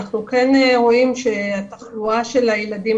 יכול להיות בהחלט מצב שבו מסגרת לא מדווחת לנו למרות שיש שם ילד חולה,